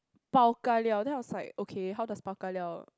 bao ka liao then I was like okay how does bao ka liao